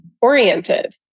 oriented